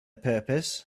purpose